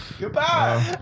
Goodbye